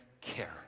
care